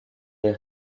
les